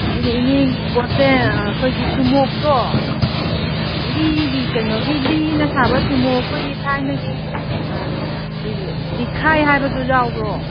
ꯑꯗꯨꯗꯤ ꯏꯅꯦꯒꯤ ꯄꯣꯠꯁꯦ ꯑꯩꯈꯣꯏꯒꯤ ꯊꯨꯝꯃꯣꯛꯇꯣ ꯂꯤꯒꯤ ꯀꯩꯅꯣꯒꯤ ꯂꯤꯅꯥ ꯁꯥꯕ ꯊꯨꯝꯃꯣꯛ ꯑꯩꯈꯣꯏꯒꯤ ꯊꯥꯏꯅꯒꯤ ꯑꯩꯈꯣꯏꯒꯤ ꯂꯤꯈꯥꯏ ꯍꯥꯏꯕꯗꯨ ꯌꯥꯎꯕ꯭ꯔꯣ